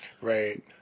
Right